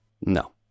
No